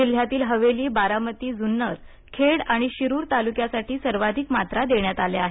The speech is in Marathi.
जिल्हयातील हवेली बारामती जुन्नर खेड आणि शिरूर तालुक्यासाठी सर्वाधिक मात्रा देण्यात आल्या आहेत